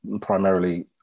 primarily